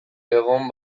egon